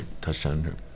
touchdown